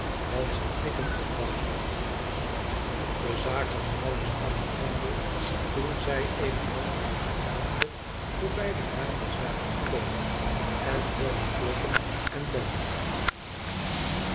dan zal ik hem opwachten de zaak was nauwelijks afgehandeld toen zij eene mannelijke gedaante voorbij de ramen zagen komen en hoorden kloppen en bellen